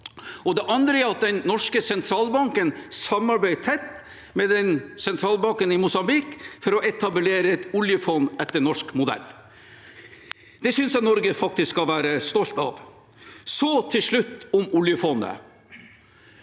Det andre er at den norske sentralbanken samarbeider tett med sentralbanken i Mosambik for å etablere et oljefond etter norsk modell. Det synes jeg Norge faktisk skal være stolt av. Så til slutt om oljefondet: